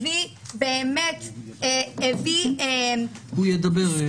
הביא באמת -- הוא ידבר.